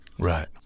Right